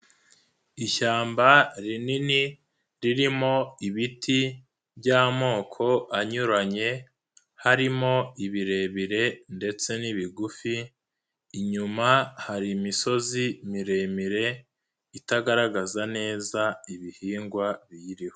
Ishyamba rinini ririmo ibiti by'amoko anyuranye harimo ibirebire ndetse n'ibigufi, inyuma hari imisozi miremire, itagaragaza neza ibihingwa biyiriho.